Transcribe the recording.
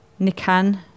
Nikan